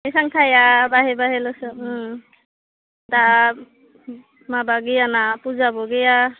एसां थाया बाहाय बाहायल'सो दा माबा गैया फुजाबो गैया